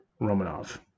Romanov